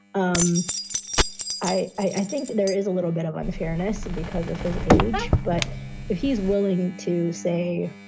um i i think there is a little bit of unfairness because of his age. but if he is willing to say,